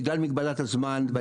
אבל בגלל מגבלת הזמן לא אמשיך.